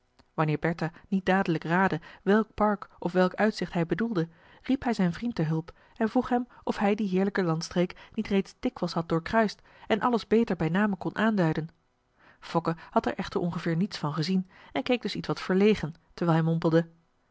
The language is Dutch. wanneer bertha niet dadelijk raadde welk park of welk uitzicht hij bedoelde riep hij zijn vriend te hulp en vroeg hem of hij die heerlijke landstreek niet reeds dikwijls had doorkruist en alles beter bij name kon aanduiden fokke had er echter ongeveer niets van gezien en keek dus ietwat verlegen terwijl hij mompelde